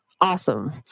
awesome